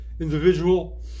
individual